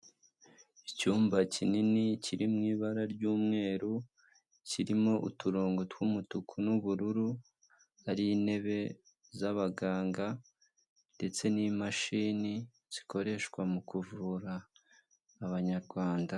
Icyumba kinini kiri mu ibara ry'umweru kirimo uturongo tw'umutuku n'ubururu, hari intebe z'abaganga ndetse n'imashini zikoreshwa mu kuvura abanyarwanda.